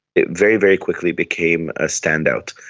it very, very quickly became a standout,